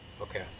Okay